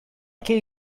key